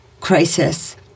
crisis